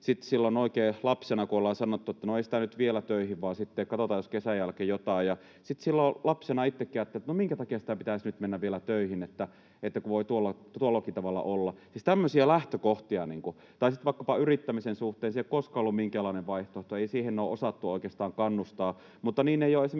oikein lapsena, kun ollaan sanottu, että ”no ei sitä nyt vielä töihin, vaan sitten katsotaan jos kesän jälkeen jotain”. Ja sitten silloin lapsena itsekin ajatteli, että minkä takia sitä pitäisi nyt mennä vielä töihin, kun voi tuollakin tavalla olla. Siis tämmöisiä lähtökohtia. Tai sitten vaikkapa yrittämisen suhteen — se ei ole koskaan ollut minkäänlainen vaihtoehto. Ei siihen ole osattu oikeastaan kannustaa.